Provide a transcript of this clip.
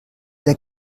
der